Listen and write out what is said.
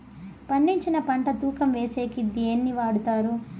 పండించిన పంట తూకం వేసేకి దేన్ని వాడతారు?